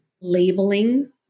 labeling